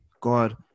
God